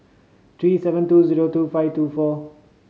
three seven two zero two five two four